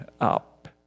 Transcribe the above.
up